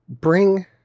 bring